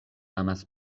amas